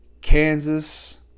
Kansas